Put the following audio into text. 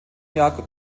jahr